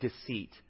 deceit